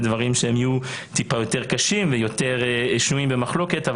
דברים שיהיו יותר קשים ושנויים במחלוקת,